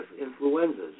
Influenzas